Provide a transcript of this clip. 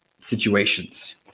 situations